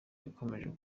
yakomeje